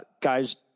Guys